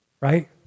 Right